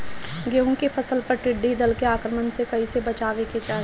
गेहुँ के फसल पर टिड्डी दल के आक्रमण से कईसे बचावे के चाही?